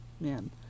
man